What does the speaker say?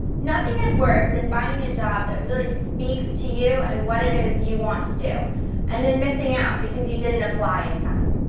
nothing is worse than finding a job that really speaks to you and what it is you want to do and then missing out because you didn't apply in time.